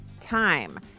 time